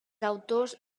autors